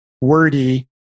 wordy